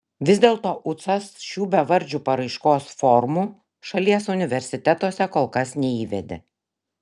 vis dėlto ucas šių bevardžių paraiškos formų šalies universitetuose kol kas neįvedė